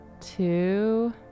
two